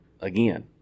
again